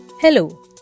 Hello